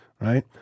right